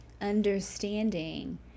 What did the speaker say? understanding